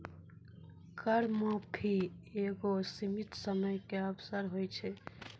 कर माफी एगो सीमित समय के अवसर होय छै